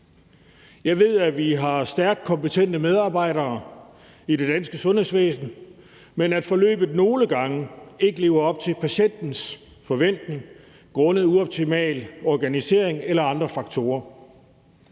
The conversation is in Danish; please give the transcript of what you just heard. Jeg ved, at vi har stærkt kompetente medarbejdere i det danske sundhedsvæsen, men at forløbet nogle gange ikke lever op til patientens forventninger grundet uoptimal organisering eller andre faktorer.